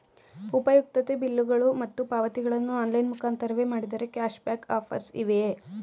ಉಪಯುಕ್ತತೆ ಬಿಲ್ಲುಗಳು ಮತ್ತು ಪಾವತಿಗಳನ್ನು ಆನ್ಲೈನ್ ಮುಖಾಂತರವೇ ಮಾಡಿದರೆ ಕ್ಯಾಶ್ ಬ್ಯಾಕ್ ಆಫರ್ಸ್ ಇವೆಯೇ?